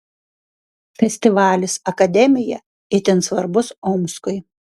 festivalis akademija itin svarbus omskui